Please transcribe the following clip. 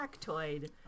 factoid